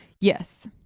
Yes